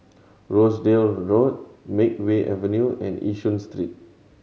Rochdale Road Makeway Avenue and Yishun Street